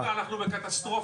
אנחנו בקטסטרופה.